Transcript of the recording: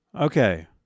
Okay